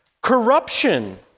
corruption